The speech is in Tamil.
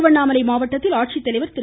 திருவண்ணாமலை மாவட்டத்தில் ஆட்சித்தலைவர் திரு